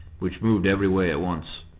which moved every way at once.